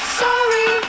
sorry